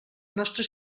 nostra